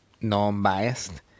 non-biased